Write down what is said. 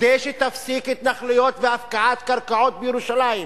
כדי שתפסיק התנחלויות והפקעת קרקעות בירושלים,